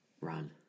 run